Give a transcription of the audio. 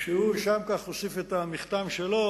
הוא הוסיף את המכתם שלו